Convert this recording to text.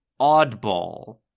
Oddball